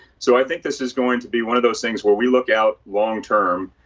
so i think this is going to be one of those things where we look out long term.